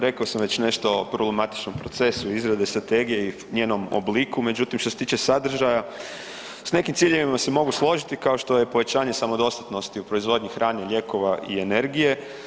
Rekao sam već nešto o problematičnom procesu izrade strategije i njenom obliku, međutim što se tiče sadržaja, s nekim ciljevima se mogu složiti kao što je pojačanje samodostatnosti u proizvodnji hrane, lijekova i energije.